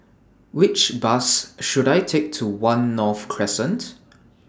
Which Bus should I Take to one North Crescent